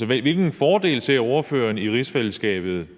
er: Hvad ser ordføreren som en fordel ved rigsfællesskabet,